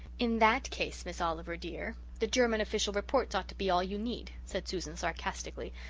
in that case, miss oliver dear, the german official reports ought to be all you need, said susan sarcastically.